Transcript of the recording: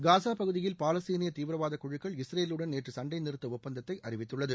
காசா பகுதியில் பாலஸ்தீனிய தீவிரவாத குழுக்கள் இஸ்ரேலுடன் நேற்று சண்டைநிறுத்த ஒப்பந்தத்தை அறிவித்துள்ளது